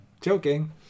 Joking